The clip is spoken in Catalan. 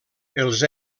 els